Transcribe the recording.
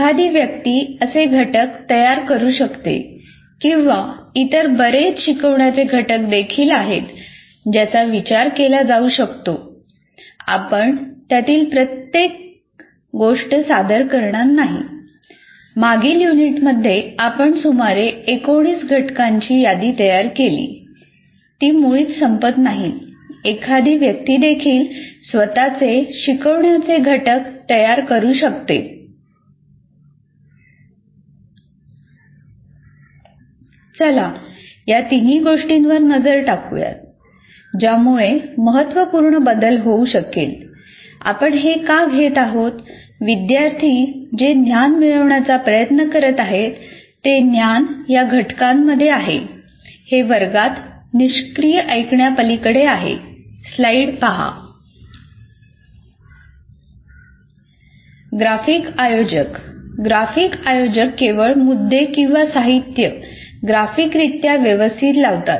एखादी व्यक्ती असे घटक तयार करू शकते किंवा इतर बरेच शिकवण्याचे घटक देखील आहेत ज्याचा विचार केला जाऊ शकतो ग्राफिक आयोजक ग्राफिक आयोजक केवळ मुद्दे किंवा साहित्य ग्राफिकरित्या व्यवस्थित लावतात